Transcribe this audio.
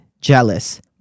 jealous